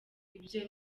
ibyo